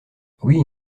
oui